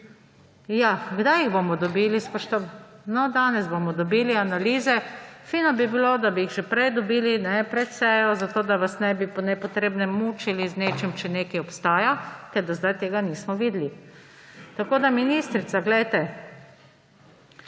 Ja, kdaj jih bomo dobili? No, danes bomo dobili analize. Fino bi bilo, da bi jih že prej dobili, pred sejo, zato da vas ne bi po nepotrebnem mučili z nečim, če nekaj obstaja, ker do zdaj tega nismo videli. Tako, ministrica, glejte,